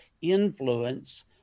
influence